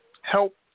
help